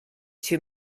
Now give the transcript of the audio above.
too